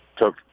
took